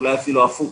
אולי אפילו הפוך.